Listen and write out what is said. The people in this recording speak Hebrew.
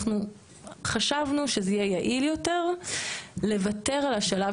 אנחנו חשבנו שזה יהיה יעיל יותר לוותר על השלב